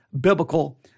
biblical